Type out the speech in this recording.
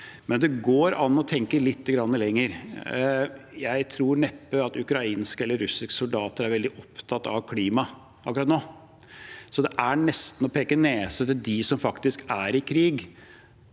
men det går an å tenke litt lenger. Jeg tror neppe at ukrainske eller russiske soldater er veldig opptatt av klima akkurat nå, så det er nesten å peke nese til dem som faktisk er i krig,